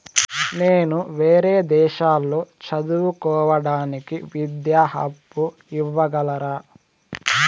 నేను వేరే దేశాల్లో చదువు కోవడానికి విద్యా అప్పు ఇవ్వగలరా?